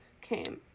came